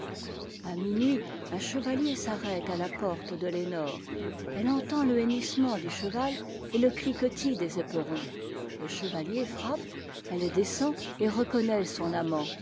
a minuit un chevalier s'arrête à la porte de lenore elle entend te hennissement du cheval et le cliquetis des éperons le chevalier frappe elle descend et reconnaît son amant